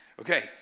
Okay